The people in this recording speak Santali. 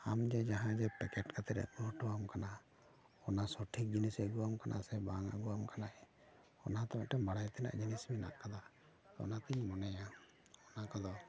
ᱟᱢ ᱡᱮ ᱡᱟᱦᱟᱸ ᱡᱮ ᱯᱮᱠᱮᱴ ᱠᱟᱛᱮᱫ ᱟᱜᱩ ᱚᱴᱚ ᱟᱢ ᱠᱟᱱᱟ ᱚᱱᱟ ᱥᱚᱴᱷᱤᱠ ᱡᱤᱱᱤᱥᱮ ᱟᱹᱜᱩᱣᱟᱢ ᱠᱟᱱᱟ ᱥᱮ ᱵᱟᱝ ᱟᱹᱜᱩᱣᱟᱢ ᱠᱟᱱᱟᱭ ᱚᱱᱟ ᱛᱚ ᱵᱟᱲᱟᱭ ᱛᱮᱱᱟᱜ ᱡᱤᱱᱤᱥ ᱢᱮᱱᱟᱜ ᱟᱠᱟᱫᱟ ᱚᱱᱟᱛᱤᱧ ᱢᱚᱱᱮᱭᱟ ᱚᱱᱟ ᱠᱚᱫᱚ